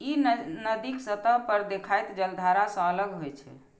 ई नदीक सतह पर देखाइत जलधारा सं अलग होइत छै